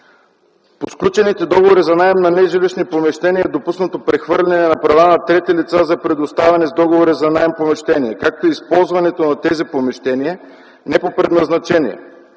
При сключените договори за наем на нежилищни помещения е допуснато прехвърляне на права на трети лица за предоставяне с договори за наем на помещения, както и използването на тези помещения не по предназначение.